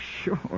sure